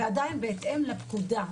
ועדיין בהתאם לפקודה.